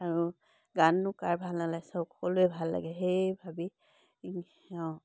আৰু গাননো কাৰ ভাল নালাগে সকলোৰে ভাল লাগে সেই ভাবি অঁ